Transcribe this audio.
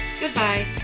goodbye